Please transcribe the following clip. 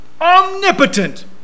omnipotent